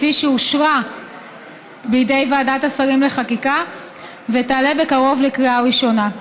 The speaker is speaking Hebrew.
והיא אושרה בוועדת השרים לענייני חקיקה ותעלה בקרוב לקריאה ראשונה.